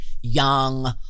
young